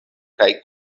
kaj